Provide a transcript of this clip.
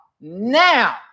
Now